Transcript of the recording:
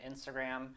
Instagram